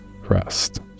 rest